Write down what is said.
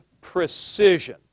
precision